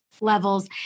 levels